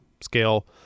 scale